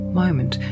moment